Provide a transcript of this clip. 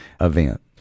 event